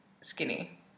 skinny